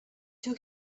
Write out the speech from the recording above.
took